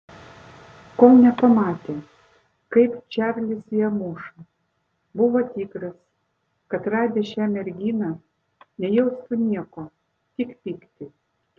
kol nepamatė kaip čarlis ją muša buvo tikras kad radęs šią merginą nejaustų nieko tik pyktį